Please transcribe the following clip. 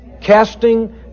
Casting